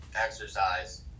exercise